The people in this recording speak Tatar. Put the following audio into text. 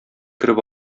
кереп